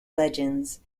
legends